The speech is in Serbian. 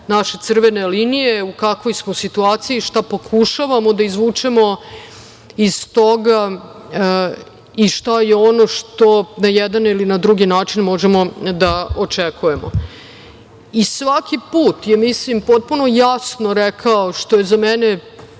naše crvene linije, u kakvoj smo situaciji, šta pokušavamo da izvučemo iz toga i šta je ono što na jedan ili na drugi način možemo da očekujemo. Svaki put je potpuno jasno rekao, što je za mene